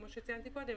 כפי שציינתי קודם,